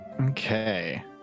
okay